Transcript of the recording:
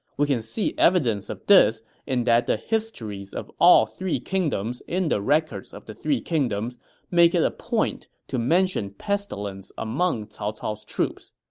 we can see evidence of this in that the histories of all three kingdoms in the records of the three kingdoms make it a point to mention pestilence among cao cao's troops.